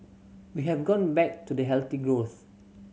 we have gone back to the healthy growth